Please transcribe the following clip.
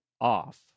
off